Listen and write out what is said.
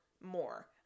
more